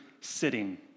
sitting